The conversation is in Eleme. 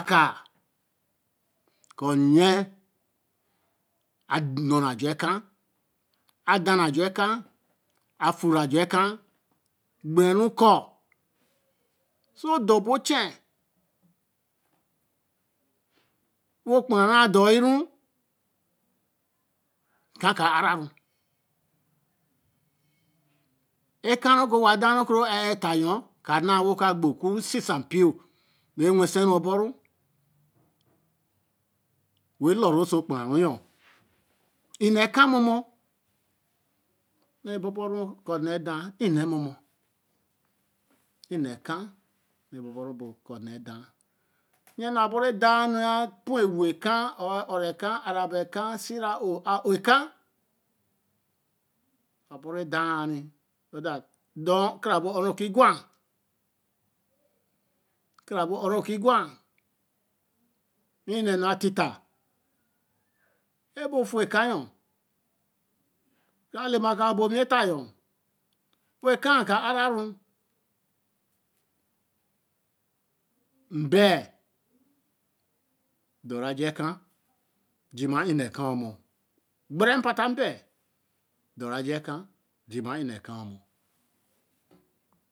Kāa kōo e yen a n̄no re a joo eken tāa re ajoo eken, afure a joo eken gbere ru koo so do bo o chen, wo pore nu adore ru ken ka a-ra ru, eken re ke wa da reke re a-a effa yo. ka na wogbo okusesa npio baa even seru o-bo-ru wen lor ru oso wpn ru yo, enee ekan momo ra bo-bo ru oka nēe dāa ar nēe eken ra bo-bo ru bo ka nēe daa or nyen na bo re daa enura po ē- wo eken, o-rō ken, na ra ba kee or sie-ra ō ā-ō kem, ba bo ru daa yi so thatkara bo horu kigwa, kara bo ho ru ki gwa, wei na-nuatita ebo fu ekenn yo, kara le ma koo a o bo wi etta yo, wen kenn kaara ru mabel do ru ajo ekenn jima e nee ka momo, gbere pata ebel doru ajoo ekenn jima enee kenn.